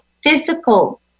physical